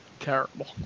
Terrible